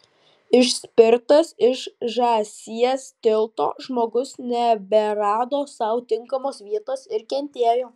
išspirtas iš žąsies tilto žmogus neberado sau tinkamos vietos ir kentėjo